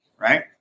right